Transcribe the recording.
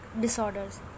disorders